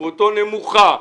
שהסתברותו נמוכה,